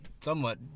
somewhat